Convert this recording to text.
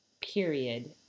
period